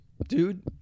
Dude